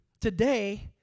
today